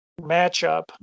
matchup